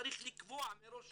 צריך לקבוע מראש